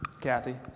Kathy